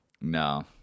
No